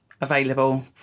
available